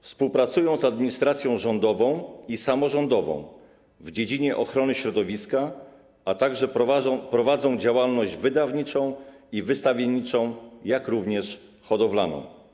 Współpracują z administracja rządową i samorządową w dziedzinie ochrony środowiska, a także prowadzą działalność wydawniczą i wystawienniczą, jak również hodowlaną.